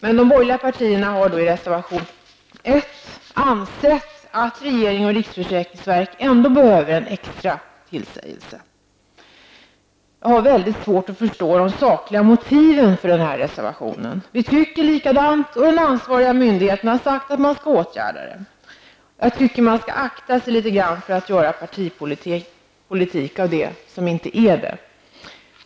Men de borgerliga partierna säger i reservation 1 att regeringen och riksförsäkringsverket ändå behöver en extra tillsägelse. Jag har väldigt svårt att förstå de sakliga motiven för den här reservationen. Vi tycker ju likadant, och den ansvariga myndigheten har sagt att man skall åtgärda detta. Jag tycker att man skall akta sig litet grand för att försöka göra partipolitik av det som inte är det.